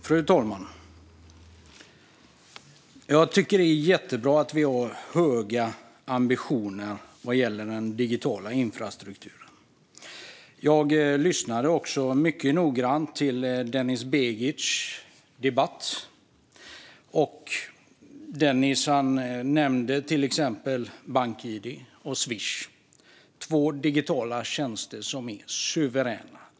Fru talman! Det är jättebra att vi har höga ambitioner vad gäller den digitala infrastrukturen. Jag lyssnade noga på Denis Begics anförande, och han nämnde till exempel bank-id och Swish, två digitala tjänster som är suveräna.